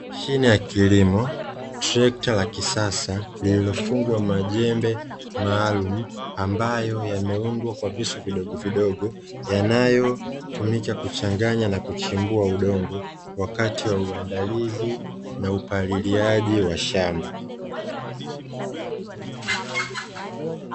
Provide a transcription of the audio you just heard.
Mashine ya kilimo; trekta la kisasa liliyofungwa majembe maalumu, ambayo yameundwa kwa visu vidogovidogo, yanayotumika kuchanganya na kuchimbua udongo wakati wa uandalizi na upaliliaji wa shamba.